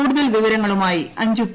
കൂടുതൽ വിവരങ്ങളുമായി അഞ്ജു പി